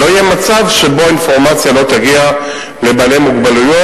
שבו האינפורמציה לא תגיע לבעלי מוגבלות,